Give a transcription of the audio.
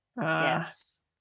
Yes